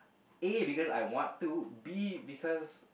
A because I want to B because